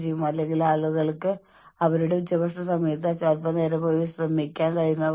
HR പ്രൊഫഷണലുകൾ എന്ന നിലയിൽ നമ്മൾക്ക് ചെയ്യാൻ കഴിയുന്നത് പരിശീലനം ആവശ്യമുള്ള ജീവനക്കാരെ പരിശീലിപ്പിക്കുക എന്നതാണ്